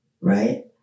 right